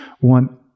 One